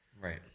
Right